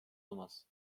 olmaz